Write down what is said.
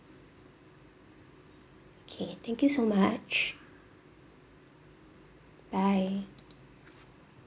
okay thank you so much bye